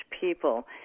people